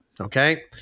okay